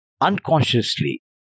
unconsciously